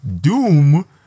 Doom